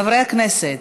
חברי הכנסת,